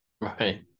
right